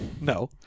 No